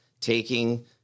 taking